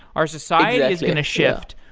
our society is going to shift.